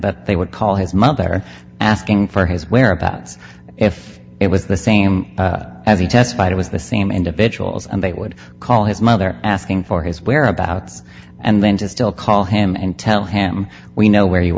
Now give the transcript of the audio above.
that they would call his mother asking for his whereabouts if it was the same as he testified it was the same individuals and they would call his mother asking for his whereabouts and then to still call him and tell him we know where you